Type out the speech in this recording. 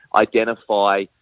identify